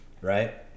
right